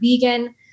vegan